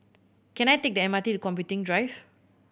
can I take the M R T to Computing Drive